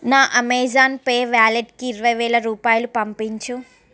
నా Amazon Pay వ్యాలెట్కి ఇరవై వేల రూపాయలు పంపించు